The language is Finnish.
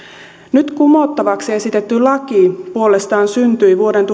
nyt kumottavaksi esitetty laki puolestaan syntyi vuoden